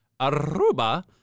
Aruba